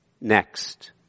next